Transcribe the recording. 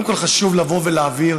קודם כול חשוב לבוא ולהבהיר